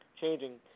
changing